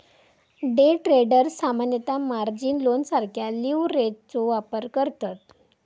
day traders सामान्यतः margin लोनसारख्या लीव्हरेजचो वापर करतत